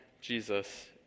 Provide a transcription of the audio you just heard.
Jesus